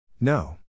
No